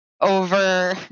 over